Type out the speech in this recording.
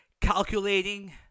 calculating